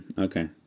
Okay